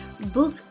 book